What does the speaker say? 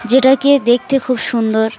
যেটাকে দেখতে খুব সুন্দর